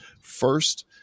first